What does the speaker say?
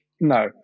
No